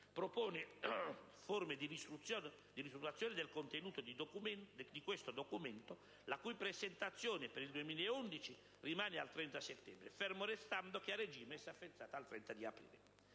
propone forme di ristrutturazione del contenuto di questo documento, la cui presentazione per il 2011 rimane quindi al 30 settembre, fermo rimanendo che a regime essa è fissata al 30 aprile.